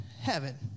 heaven